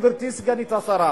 גברתי סגנית השר,